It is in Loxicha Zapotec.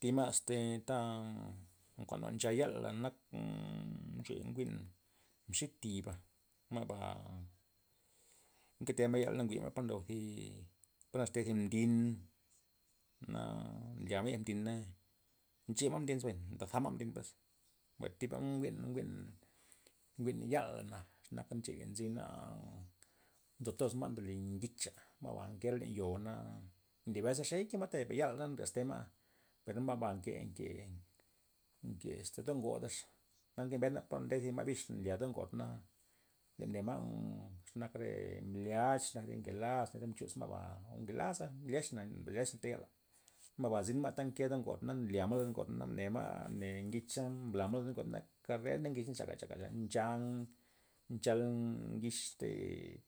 Thi ma' este ta nkuan jwa'n yala nak nchea njwi'n mxi'tiba', ma'ba nketema' yal na jwi'ma pa ndo zi po naxte zi mdin, jwa'na nlya ma' yek mdin na, nchema' mdin zebay ndaza ma'mdin pues, mbay thiga ma' mjwi'n, njwi'n- njwi'n yala na xe naka nche nzina nzo toz ma' ndole ngixa' ma'ba nke len yo'na nlyabe ze xe nke ma'taya per yal naxte ma' per ma'ba nke nke- nke este do ngod na nke bend ma' po nde thi ma' bix nlya lo do ngod na nya ma' xanak re mblyax, xe nak ngelas nchux ma'ba ngelasa mbliax- mbliaxna maba ta zyn nke lo do ngon ma ne ma', ne ngixa blam ma' loney karrea' ncha chaka- chaka ncha ma' nchal ngixte'